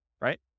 right